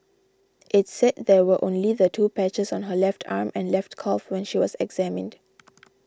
it said there were only the two patches on her left arm and left calf when she was examined